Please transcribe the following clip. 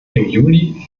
juli